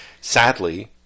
sadly